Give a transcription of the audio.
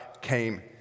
came